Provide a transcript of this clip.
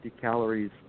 calories